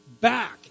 back